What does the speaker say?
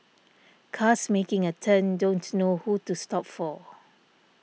cars making a turn don't know who to stop for